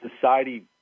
society